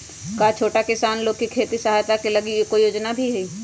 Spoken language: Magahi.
का छोटा किसान लोग के खेती सहायता के लगी कोई योजना भी हई?